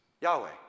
Yahweh